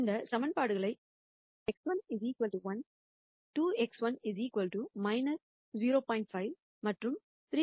இந்த ஈகிவேஷன்களை x1 1 2x1 0